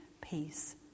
peace